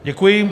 Děkuji.